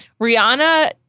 Rihanna